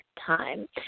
time